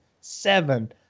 seven